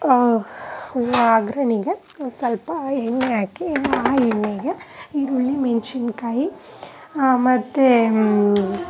ಅಗ್ರಣಿಗೆ ಒಂದು ಸಲ್ಪ ಎಣ್ಣೆ ಹಾಕಿ ಆ ಎಣ್ಣೆಗೆ ಈರುಳ್ಳಿ ಮೆಣಸಿನ್ಕಾಯಿ ಮತ್ತು